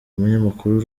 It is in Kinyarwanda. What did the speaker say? umunyamakuru